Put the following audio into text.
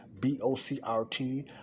B-O-C-R-T